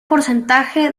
porcentaje